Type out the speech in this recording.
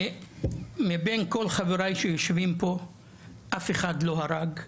מבין כל חברי שיושבים פה אף אחד לא הרג,